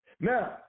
Now